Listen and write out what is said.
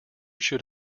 should